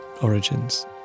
origins